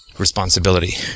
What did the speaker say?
responsibility